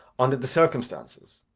under the circumstances.